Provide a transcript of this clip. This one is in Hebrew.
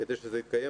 כדי שזה יתקיים.